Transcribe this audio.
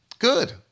Good